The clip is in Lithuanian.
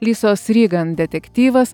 lisos rigan detektyvas